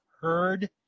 heard